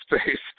space